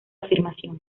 afirmación